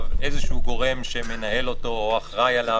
איזשהו גורם שמנהל אותו או אחראי עליו,